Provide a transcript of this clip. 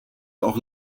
auch